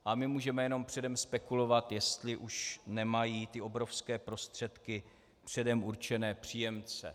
A můžeme jenom předem spekulovat, jestli už nemají obrovské prostředky předem určené příjemce.